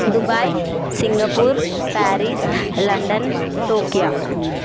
Dubai Singapore Paris London Tokyo